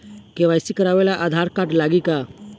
KYC करावे ला Aadhaar card लागी का?